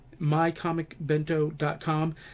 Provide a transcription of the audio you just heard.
mycomicbento.com